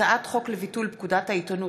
הצעת חוק לביטול פקודת העיתונות,